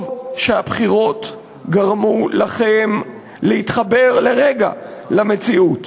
טוב שהבחירות גרמו לכם להתחבר לרגע למציאות,